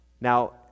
Now